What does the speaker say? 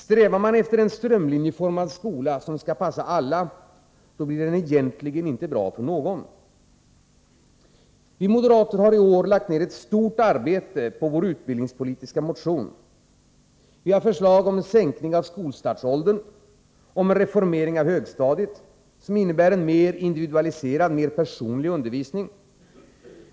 Strävar man efter en strömlinjeformad skola som skall passa alla, blir den egentligen inte bra för någon. Vi moderater har i år lagt ner ett stort arbete på vår utbildningspolitiska motion. Vi har förslag om en sänkning av skolstartsåldern och om en reformering av högstadiet som innebär en mer individualiserad, mer personlig undervisning.